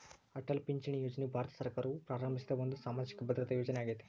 ಅಟಲ್ ಪಿಂಚಣಿ ಯೋಜನೆಯು ಭಾರತ ಸರ್ಕಾರವು ಪ್ರಾರಂಭಿಸಿದ ಒಂದು ಸಾಮಾಜಿಕ ಭದ್ರತಾ ಯೋಜನೆ ಆಗೇತಿ